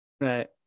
Right